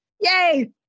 Yay